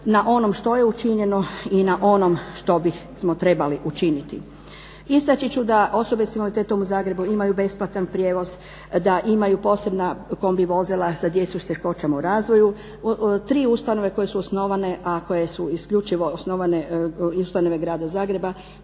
na onom što je učinjeno i na onom što bismo trebali učiniti. Istaći ću da osobe s invaliditetom u Zagrebu imaju besplatan prijevoz, da imaju posebna kombi-vozila za djecu s teškoćama u razvoju, tri ustanove koje su osnovane a koje su isključivo osnovane i ustanove Grada Zagreba